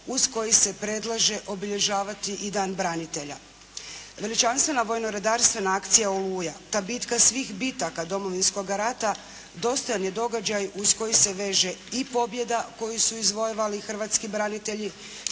uz koji se predlaže obilježavati i dan branitelja. Veličanstvena vojno redarstvena akcija Oluja, ta bitka svih bitaka Domovinskoga rata dostojan je događaj uz koji se veže i pobjeda koju su izvojevali hrvatski branitelji